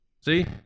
see